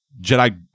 Jedi